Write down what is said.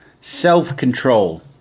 self-control